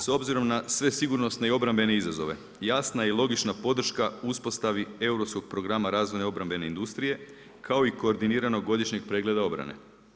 S obzirom na sve sigurnosne i obrambene izazove jasna je i logična podrška uspostavi europskog programa razvojne i obrambene industrije kao i koordiniranog godišnjeg pregleda obrane.